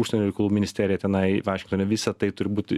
užsienio reikalų ministerija tenai vašingtone visa tai turi būt